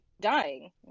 Dying